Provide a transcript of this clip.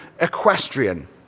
equestrian